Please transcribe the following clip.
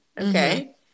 Okay